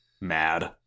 mad